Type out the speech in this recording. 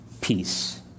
peace